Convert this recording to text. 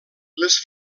les